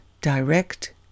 direct